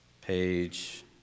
page